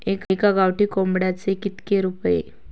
एका गावठी कोंबड्याचे कितके रुपये?